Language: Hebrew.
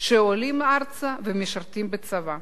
שעולים ארצה ומשרתים בצבא.